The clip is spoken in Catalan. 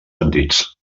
sentits